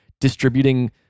distributing